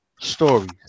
stories